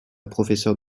professeure